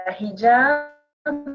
hijab